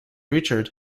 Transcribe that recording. richards